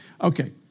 Okay